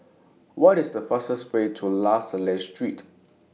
What IS The fastest Way to La Salle Street